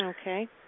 Okay